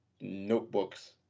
notebooks